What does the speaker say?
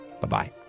Bye-bye